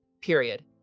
period